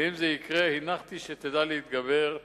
ואם זה יקרה, הנחתי שתדע להתגבר.